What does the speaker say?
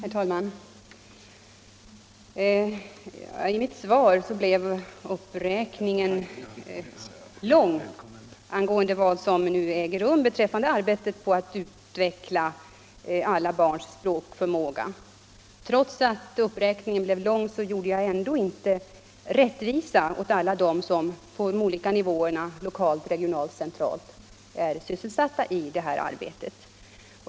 Herr talman! I mitt svar gjorde jag en lång uppräkning av de aktiviteter som nu äger rum i arbetet på att utveckla alla barns språkförmåga. Trots denna långa uppräkning kunde jag ändå inte göra rättvisa åt alla dem som lokalt, regionalt och centralt är sysselsatta i detta arbete.